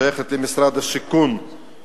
השייכת למשרד השיכון,